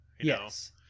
Yes